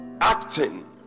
Acting